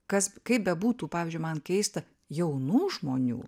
kas kaip bebūtų pavyzdžiui man keista jaunų žmonių